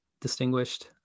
distinguished